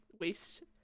waste